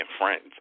friends